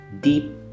deep